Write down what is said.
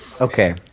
okay